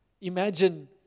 Imagine